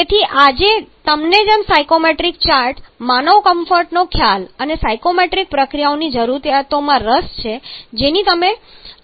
તેથી આજે તમને જેમ સાયકોમેટ્રિક ચાર્ટ માનવ કમ્ફર્ટનો ખ્યાલ અને સાયક્રોમેટ્રિક પ્રક્રિયાઓની જરૂરિયાતમાં રસ છે જેની આપણે ચર્ચા કરી છે